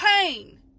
pain